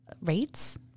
rates